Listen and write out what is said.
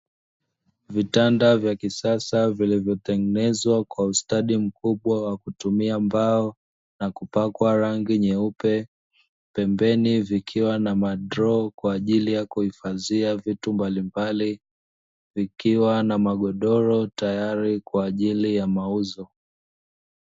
Vitanda vya kisasa vilivyotengenezwa kwa ustadi mkubwa wa kutumia mbao, na kupakwa rangi nyeupe. Pembeni vikiwa na madroo kwa ajili ya kuhifadhia vitu mbalimbali, vikiwa na magodoro tayari kwa ajili ya mauzo.